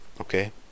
Okay